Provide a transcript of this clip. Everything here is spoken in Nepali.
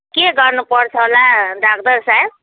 के गर्नुपर्छ होला डक्टर साहेब